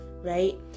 Right